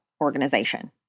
organization